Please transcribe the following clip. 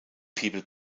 people